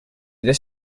this